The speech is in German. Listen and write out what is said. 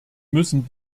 müssen